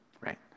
Right